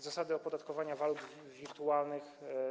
Zasady opodatkowania walut wirtualnych.